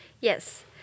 Yes